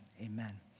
amen